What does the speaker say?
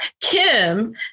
Kim